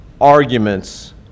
arguments